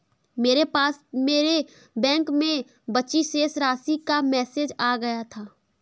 मेरे पास मेरे बैंक में बची शेष राशि का मेसेज आ गया था